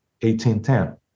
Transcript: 1810